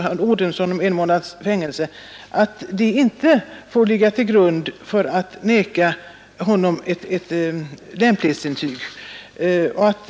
han ådömts en månads fängelse för — inte får ligga till grund för att i lämplighetsintyget beteckna honom som olämplig att få körkort.